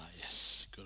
yes